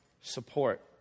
support